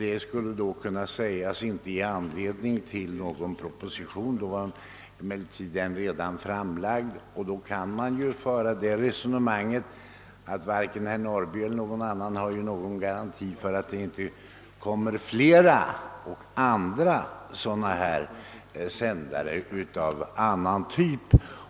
Det skulle kunna sägas att anledningen till propositionen då bortfallit, men denna var redan framlagd. Nu kan man ju också resonera på det sättet, att varken herr Norrby eller någon annan har garanti för att det inte kommer att säljas flera sändare av om inte denna typ så av någon annan.